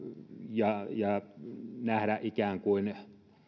ja ja nähdä ikään kuin